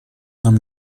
нам